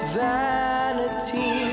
vanity